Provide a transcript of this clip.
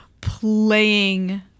playing